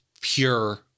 pure